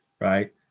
Right